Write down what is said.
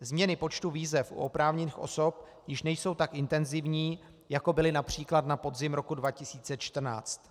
Změny počtu výzev u oprávněných osob již nejsou tak intenzivní, jako byly například na podzim roku 2014.